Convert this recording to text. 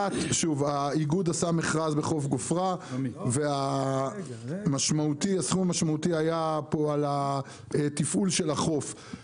האיגוד עשה מכרז בחוף גופרה והסכום המשמעותי היה על התפעול של החוף.